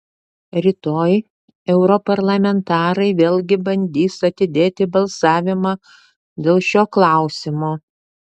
rytoj europarlamentarai vėlgi bandys atidėti balsavimą dėl šio klausimo